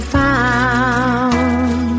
found